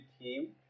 team